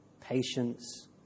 patience